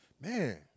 Man